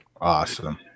Awesome